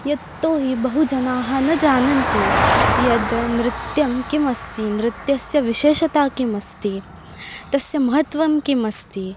यतो हि बहवः जनाः न जानन्ति यद् नृत्यं किमस्ति नृत्यस्य विशेषता किम् अस्ति तस्य महत्त्वं किम् अस्ति